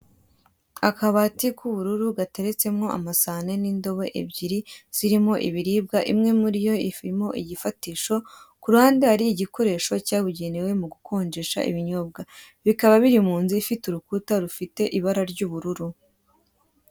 Akabati k'ubururu gateretsemo amasahane n'indobo ebyiri zirimo ibiribwa, imwe muri yo irimo igifatisho ku ruhunde hari igikoresho cyabugenewe mu gukonjesha ibinyobwa, bikaba biri mu nzu ifite urukuta rufite ibara ry'ubururu.